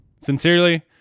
sincerely